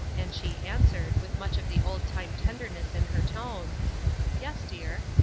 and she answered, with much of the old-time tenderness in her tone yes, dear.